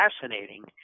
fascinating